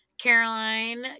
caroline